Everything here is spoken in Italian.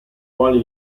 quali